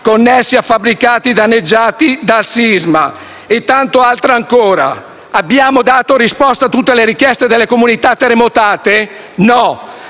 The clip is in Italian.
connesse a fabbricati danneggiati dal sisma, e tanto altro ancora. Abbiamo dato risposta a tutte le richieste delle comunità terremotate? No.